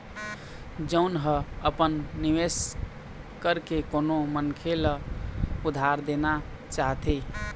जउन ह अपन निवेश करके कोनो मनखे ल उधार देना चाहथे